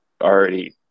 already